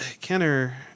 Kenner